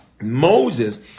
Moses